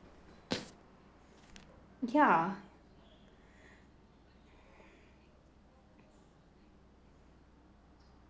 ya